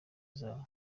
zawe